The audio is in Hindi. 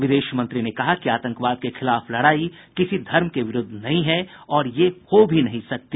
विदेश मंत्री ने कहा कि आतंकवाद के खिलाफ लड़ाई किसी धर्म के विरूद्ध नहीं है और ये हो भी नहीं सकती